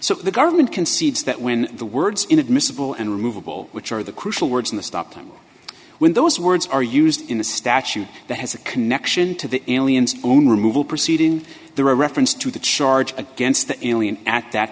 so the government concedes that when the words inadmissible and removable which are the crucial words in the stop time when those words are used in a statute that has a connection to the aliens own removal proceeding the reference to the charge against the alien at that